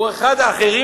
או באחת האחרת,